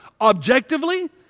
objectively